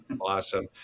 awesome